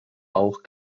auch